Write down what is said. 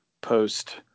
post